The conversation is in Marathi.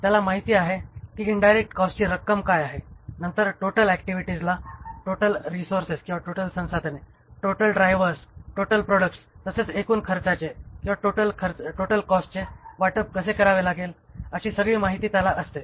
त्याला माहित आहे की इन्डायरेक्ट कॉस्टची रक्कम काय आहे नंतर टोटल ऍक्टिव्हिटीजना टोटल वाटप कसे करावे लागेल अशी सगळी माहिती त्याला असते